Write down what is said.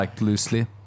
loosely